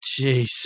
Jeez